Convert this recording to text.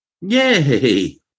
Yay